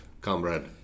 comrade